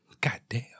Goddamn